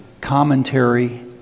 commentary